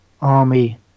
army